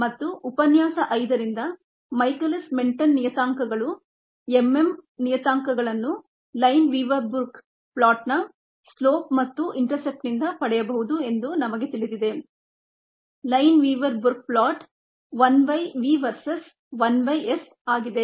ಮತ್ತು ಉಪನ್ಯಾಸ 5ರಿಂದ ಮೈಕೆಲಿಸ್ ಮೆನ್ಟೆನ್ ನಿಯತಾಂಕಗಳು m m ನಿಯತಾಂಕಗಳನ್ನು ಲೈನ್ವೀವರ್ ಬರ್ಕ್ ಫ್ಲೋಟ್ನ ಸ್ಲೋಪ್ ಮತ್ತು ಇಂಟರ್ಸೆಪ್ಟ್ ನಿಂದ ಪಡೆಯಬಹುದು ಎಂದು ನಮಗೆ ತಿಳಿದಿದೆ Lineweaver Burk plot 1 by v versus 1 by s ಆಗಿದೆ